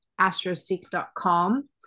astroseek.com